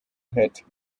hit